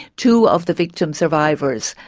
two of the victim survivors,